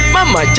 Mama